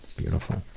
beautiful.